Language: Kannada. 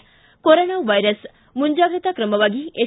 ಿ ಕೊರೊನಾ ವೈರಸ್ ಮುಂಜಾಗ್ರತಾ ಕ್ರಮವಾಗಿ ಎಸ್